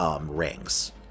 rings